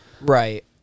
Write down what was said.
right